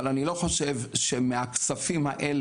אבל אני לא חושב שצריך להפנות את זה מהכספים האלה,